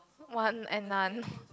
one and none